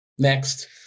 Next